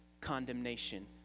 condemnation